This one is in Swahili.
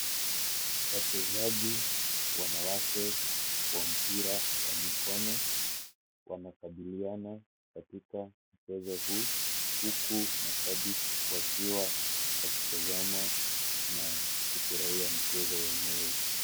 Wachezaji wanawake wa mpira wa mikono wanakabiliana katika mchezo huu, huku mashabiki wakiwa wakitazama na kufurahia mchezo wenyewe.